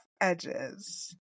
Edges